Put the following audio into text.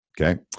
okay